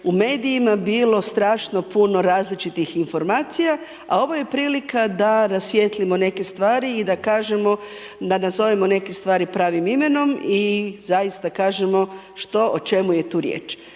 u medijima bilo strašno puno različitih informacija, a ovo je prilika da rasvijetlimo neke stvari i da kažemo, da nazovemo neke stvari pravim imenom i zaista kažemo što o čemu je tu riječ.